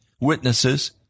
witnesses